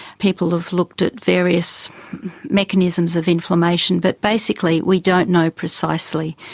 people have looked at various mechanisms of inflammation, but basically we don't know precisely.